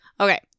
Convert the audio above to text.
Okay